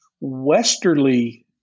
westerly